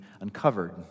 uncovered